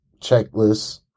checklist